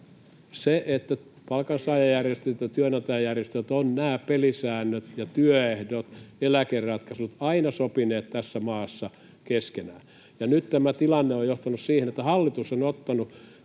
SAK:lle!] Palkansaajajärjestöt ja työnantajajärjestöt ovat nämä pelisäännöt ja työehdot, eläkeratkaisut, aina sopineet tässä maassa keskenään. Nyt tämä tilanne on johtanut siihen, että hallitus on ottanut